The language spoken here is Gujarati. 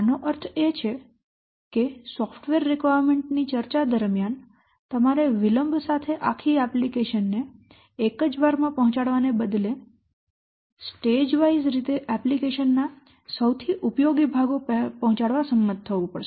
આનો અર્થ એ કે સોફ્ટવેર રિક્વાયરમેન્ટ ની ચર્ચા દરમિયાન તમારે વિલંબ સાથે આખી એપ્લિકેશન ને એક જ વારમાં પહોંચાડવાને બદલે સ્ટેજવાઇઝ રીતે એપ્લિકેશન ના સૌથી ઉપયોગી ભાગો પહોંચાડવા સંમત થવું પડશે